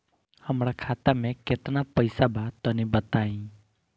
हमरा खाता मे केतना पईसा बा तनि बताईं?